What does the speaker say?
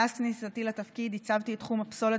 מאז כניסתי לתפקיד הצבתי את תחום הפסולת